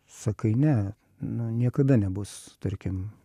sakai ne na niekada nebus tarkim